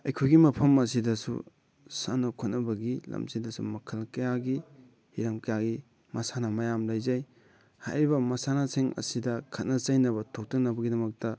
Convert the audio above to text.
ꯑꯩꯈꯣꯏꯒꯤ ꯃꯐꯝ ꯑꯁꯤꯗꯁꯨ ꯁꯥꯟꯅ ꯈꯣꯠꯅꯕꯒꯤ ꯂꯝꯁꯤꯗꯁꯨ ꯃꯈꯜ ꯀꯌꯥꯒꯤ ꯍꯤꯔꯝ ꯀꯌꯥꯒꯤ ꯃꯁꯥꯟꯅ ꯃꯌꯥꯝ ꯂꯩꯖꯩ ꯍꯥꯏꯔꯤꯕ ꯃꯁꯥꯟꯅꯁꯤꯡ ꯑꯁꯤꯗ ꯈꯠꯅ ꯆꯩꯅꯕ ꯊꯣꯛꯇꯅꯕꯒꯤꯗꯃꯛꯇ